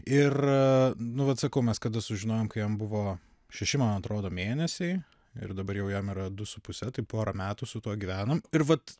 ir nu vat sakau mes kada sužinojom kai jam buvo šeši man atrodo mėnesiai ir dabar jau jam yra du su puse tai porą metų su tuo gyvenam ir vat